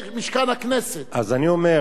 אז אני אומר, אני דיברתי על,